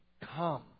Come